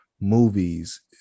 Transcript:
movies